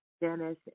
Dennis